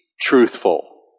truthful